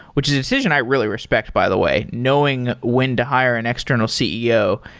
which is a decision i really respect by the way. knowing when to hire an external ceo,